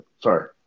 Sorry